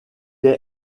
est